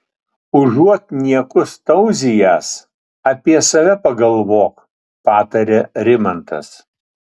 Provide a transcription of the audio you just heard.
užuot niekus tauzijęs apie save pagalvok patarė rimantas